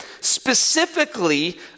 specifically